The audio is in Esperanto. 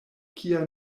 kia